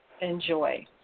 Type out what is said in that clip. enjoy